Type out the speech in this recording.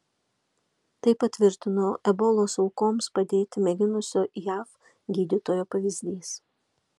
tai patvirtino ebolos aukoms padėti mėginusio jav gydytojo pavyzdys